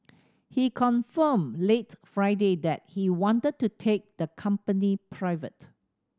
he confirmed late Friday that he wanted to take the company private